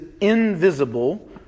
invisible